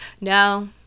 No